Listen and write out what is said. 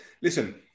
Listen